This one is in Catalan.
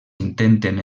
intenten